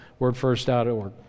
wordfirst.org